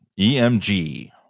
EMG